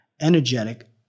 Energetic